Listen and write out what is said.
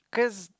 cause